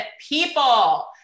people